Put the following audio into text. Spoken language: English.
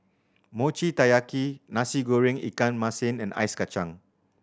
Mochi Taiyaki Nasi Goreng ikan masin and ice kacang